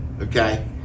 Okay